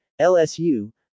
LSU